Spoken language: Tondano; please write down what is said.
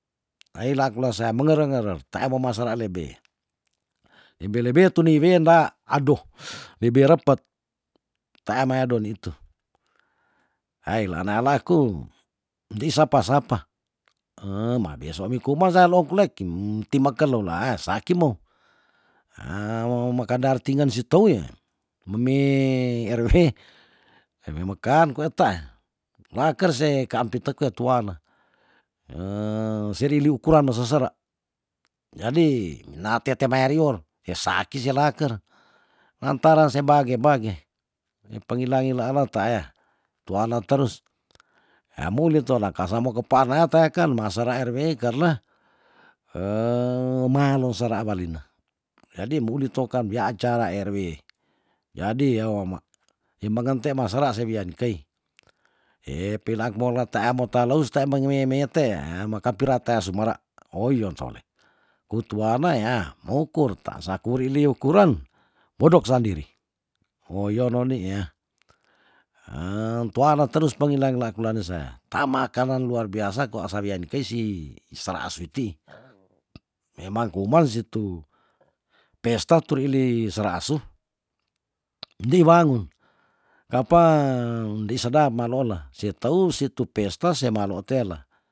Ayi lakula seam menger ngerer tea memasara lebe lebe lebe tu niwe nda adoh lebe repet taan mea don nitu ay laan nea laku ndei sapa sap maeba suami kuma saa loklek kim timekelu laas saki mou meka dartingan si tou yea memi rw ewi mekan kwa etae laker se kaampit te kue tuan seri liwu kuran no sesera jadi minatea tea mearior pe saki sia laker lantaran se bage bage ni pengila ngilaan weta yah tuana terus yah mouli torang kasa mou kepaar nea teaken masera rw karn mahalong sera walina jadi mouli tokan wia acara rw jadi oama ye mangente masera se wia ni kei peilaak mola teamo taleus tea mengememete ya meka piratas sumara oh iyon tole ko tuana ya mo ukur taasakuri liu kuren bodok sandiri oh iyo noni yah tuana terus pangilang ngila kula ne sea tamakenen luar biasa kwa sa wian nikei si isera asu itu memang kuman situ pesta turi li sera asu ndi wangun ka apa ndei sedap maloola se teu si tu pesta se malo otela